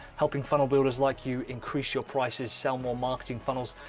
helping funnel builders like you increase your prices, sell more marketing funnels,